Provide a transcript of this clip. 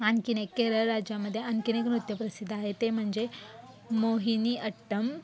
आणखीन एक केरळ राज्यामध्ये आणखीन एक नृत्य प्रसिद्ध आहे ते म्हणजे मोहिनीअट्टम